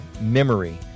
memory